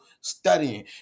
studying